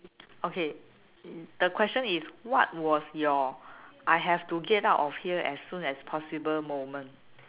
okay the question is what was your I have to get out of here as soon as possible moment